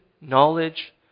knowledge